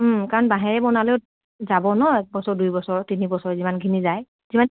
কাৰণ বাঁহেৰে বনালেও যাব ন এক বছৰ দুই বছৰ তিনি বছৰ যিমানখিনি যায় যিমান